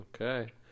okay